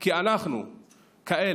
כי אנחנו כאלה,